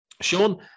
Sean